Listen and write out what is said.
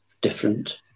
different